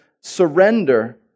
surrender